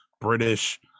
British